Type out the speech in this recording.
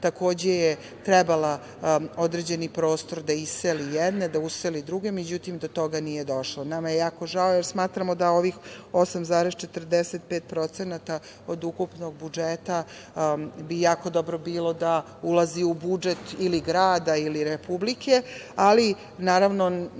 takođe je trebala određeni prostor da iseli jedne, da useli druge, međutim do toga nije došlo. Nama je jako žao, jer smatramo da ovih 8,45% od ukupnog budžeta bi jako dobro bilo da ulazi u budžet ili grada ili Republike, ali naravno